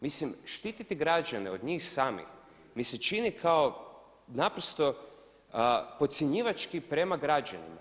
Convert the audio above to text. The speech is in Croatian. Mislim štititi građane od njih samih mi se čini kao naprosto podcjenjivački prema građanima.